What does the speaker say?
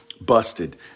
Busted